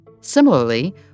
Similarly